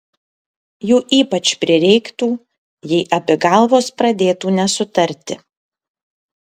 jų ypač prireiktų jei abi galvos pradėtų nesutarti